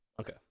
Okay